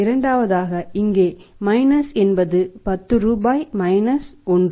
இரண்டாவதாக இங்கே மைனஸ் என்பது 10 1